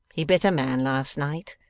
he bit a man last night,